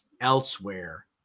elsewhere